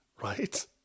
right